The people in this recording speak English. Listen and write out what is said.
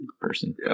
person